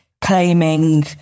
claiming